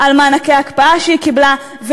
על מענקי הקפאה שהיא קיבלה.